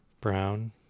brown